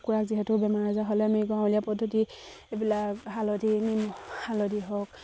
কুকুৰাৰ যিহেতু বেমাৰ আজাৰ হ'লে আমি গাঁৱলীয়া পদ্ধতি এইবিলাক হালধি নিমখ হালধি হওক